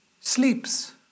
sleeps